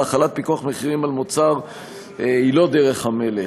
החלת פיקוח על מחירים של מוצר היא לא דרך המלך.